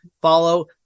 Follow